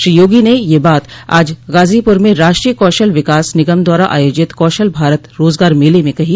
श्री योगी ने यह बात आज गाजोपुर में राष्ट्रीय कौशल विकास निगम द्वारा आयोजित कौशल भारत रोजगार मेले में कही